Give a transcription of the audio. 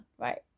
right